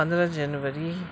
پندرہ جنوری